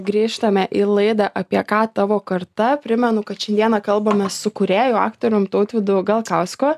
grįžtame į laidą apie ką tavo karta primenu kad šiandieną kalbame su kūrėju aktorium tautvydu galkausku